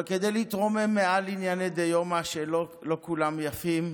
אבל כדי להתרומם מעל ענייני דיומא שלא כולם יפים,